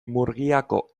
murgiako